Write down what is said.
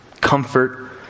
comfort